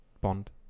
Bond